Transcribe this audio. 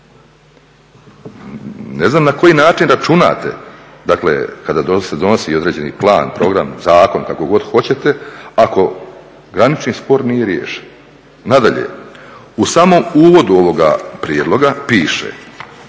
Ne znam na koji način računate, dakle kada se donosi određeni plan, program, zakon, kako god hoćete, ako granični spor nije riješen. Nadalje, u samom uvodu ovoga prijedloga piše